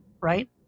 right